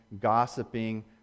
gossiping